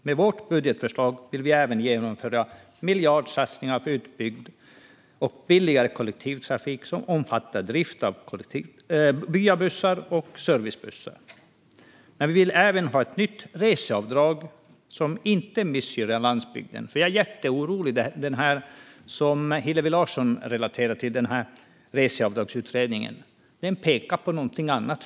Med vårt budgetförslag vill vi även genomföra miljardsatsningar för en utbyggd och billigare kollektivtrafik som omfattar drift av byabussar och servicebussar. Vi vill även ha ett nytt reseavdrag, som inte missgynnar landsbygden. Jag är jätteorolig, för den reseavdragsutredning som Hillevi Larsson refererade till pekar faktiskt på någonting annat.